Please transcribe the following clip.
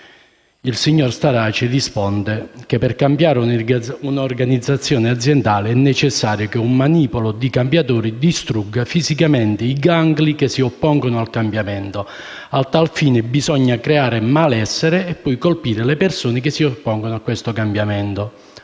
il signor Starace ha risposto che per cambiare un'organizzazione aziendale è necessario che «un manipolo di cambiatori» che distrugga fisicamente i gangli che si oppongono al cambiamento; a tal fine bisogna «creare malessere» e poi colpire le persone che si oppongono al cambiamento.